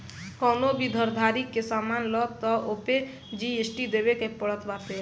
कवनो भी घरदारी के सामान लअ तअ ओपे जी.एस.टी देवे के पड़त बाटे